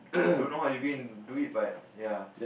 don't know how you go and do it but ya